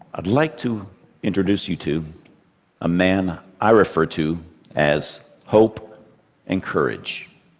i'd like to introduce you to a man i refer to as hope and courage.